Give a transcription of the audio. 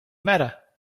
matter